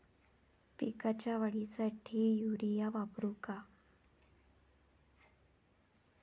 पिकाच्या वाढीसाठी युरिया वापरू का?